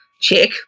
Check